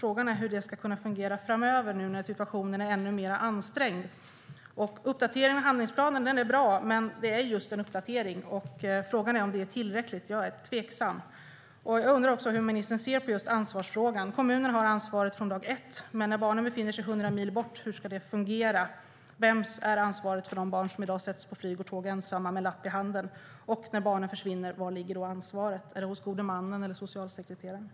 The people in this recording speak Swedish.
Frågan är hur det ska fungera framöver när situationen är ännu mer ansträngd. Uppdateringen av handlingsplanen är bra, men det är just fråga om en uppdatering. Frågan är om den är tillräcklig. Jag är tveksam. Jag undrar hur ministern ser på ansvarsfrågan. Kommunerna har ansvaret från dag ett, men när barnen befinner sig hundra mil bort undrar jag hur det ska fungera. Vem ansvarar för de barn som i dag sätts på flyg och tåg ensamma med en lapp i handen? Var ligger ansvaret när barnen försvinner? Är det hos gode mannen eller hos socialsekreteraren?